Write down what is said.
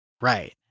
Right